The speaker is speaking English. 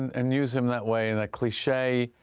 and, and use him that way, that cliche,